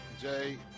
Jay